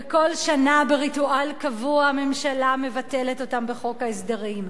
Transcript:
וכל שנה בריטואל קבוע הממשלה מבטלת אותם בחוק ההסדרים.